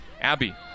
Abby